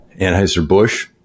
anheuser-busch